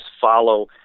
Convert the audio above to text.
follow